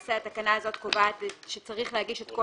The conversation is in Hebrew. למעשה התקנה הזאת קובעת שצריך להגיש את כל